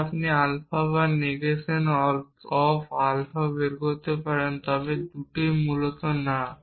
যদি আপনি আলফা বা নেগেশান অফ আলফা বের করতে পারেন তবে দুটোই মূলত না